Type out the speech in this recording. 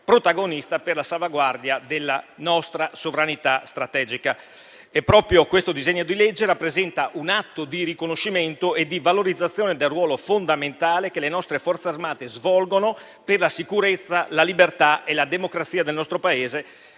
protagonista per la salvaguardia della nostra sovranità strategica. Proprio questo disegno di legge rappresenta un atto di riconoscimento e di valorizzazione del ruolo fondamentale che le nostre Forze armate svolgono per la sicurezza, la libertà e la democrazia del nostro Paese.